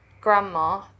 grandma